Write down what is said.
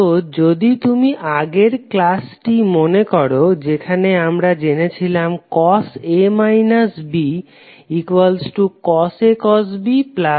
তো যদি তুমি আগের ক্লাসটি মনে করো যেখানে আমরা জেনেছিলাম cos cos A cos B sin A sin B